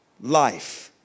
life